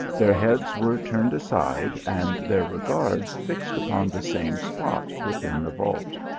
their heads were turned aside, and their regards fixed upon the same spot within the vault.